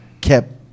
kept